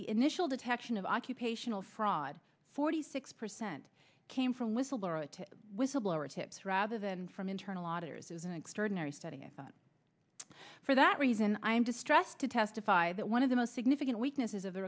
the initial detection of occupational fraud forty six percent came from whistleblower to whistleblower tips rather than from internal auditors is an extraordinary study i thought for that reason i am distressed to testify that one of the most significant weaknesses of the